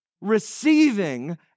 Receiving